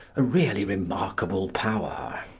a really remarkable power.